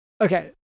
Okay